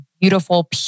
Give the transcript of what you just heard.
beautiful